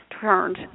turned